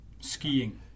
skiing